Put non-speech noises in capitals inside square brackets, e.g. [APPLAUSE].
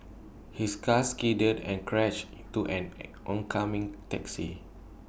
his car skidded and crashed to an [NOISE] oncoming taxi